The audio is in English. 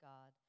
God